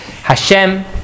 Hashem